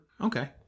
Okay